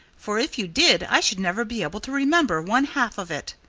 for if you did i should never be able to remember one-half of it.